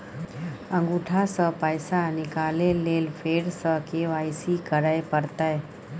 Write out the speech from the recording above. अंगूठा स पैसा निकाले लेल फेर स के.वाई.सी करै परतै?